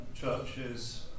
churches